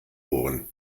ohren